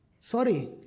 Sorry